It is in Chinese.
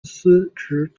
司职